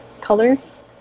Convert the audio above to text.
colors